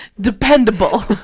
Dependable